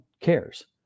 cares